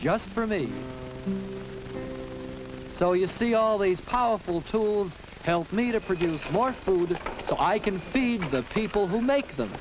just for me so you see all these powerful tools help me to produce more food so i can feed the people who make them